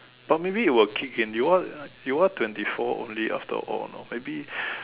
but maybe it will kick in you are you are twenty four only after all you know maybe